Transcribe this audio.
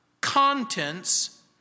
contents